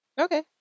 Okay